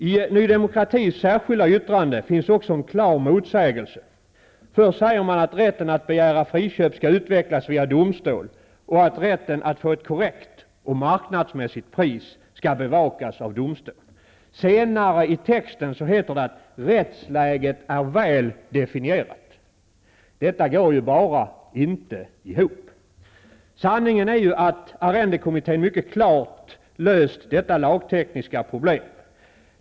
I Ny demokratis särskilda yttrande finns en klar motsägelse. Först säger man att rätten att begära friköp skall utvecklas via domstol och att rätten att få ett korrekt och marknadsmässigt pris skall bevakas av domstol. Senare i texten heter det att rättsläget är väl definierat. Detta går ju bara inte ihop. Sanningen är ju den att arrendekommittén mycket klart löst detta lagtekniska problem.